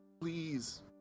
please